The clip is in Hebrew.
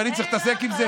ואני צריך להתעסק עם זה?